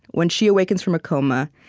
when she awakens from a coma,